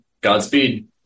Godspeed